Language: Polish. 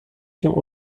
się